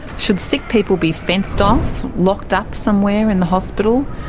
should sick people be fenced off? locked up somewhere in the hospital?